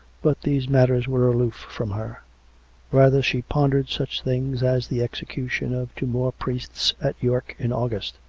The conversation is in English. but these matters were aloof from her rather she pondered such things as the execution of two more priests at york in august,